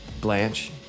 Blanche